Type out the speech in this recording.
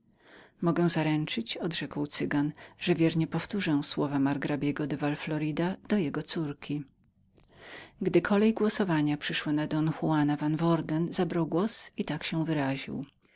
mogę zaręczyć odrzekł cygan że wiernie powtórzę słowa margrabiego de val florida do jego córki gdy kolej głosowania przyszła na don juana van worden zabrał głos i tak się wyraził